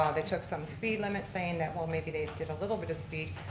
the took some speed limits, saying that well maybe they did a little bit of speed.